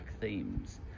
themes